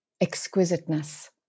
exquisiteness